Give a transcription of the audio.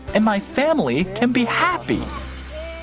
and my family can be happy.